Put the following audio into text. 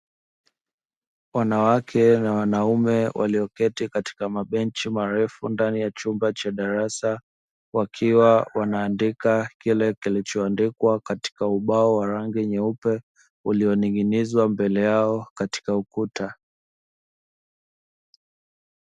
Wanawake na wanaume walioketi katika mabenchi marefu ndani ya chumba cha darasa, wakiwa wanaandika kile kilichoandikwa katika ubao wa rangi nyeupe, ulioning'inizwa mbele yao katika ukuta.